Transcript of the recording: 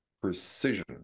precision